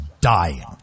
dying